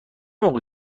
موقع